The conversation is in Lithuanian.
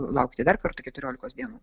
laukti dar kartą keturiolikos dienų